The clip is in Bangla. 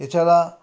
এছাড়া